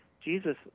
Jesus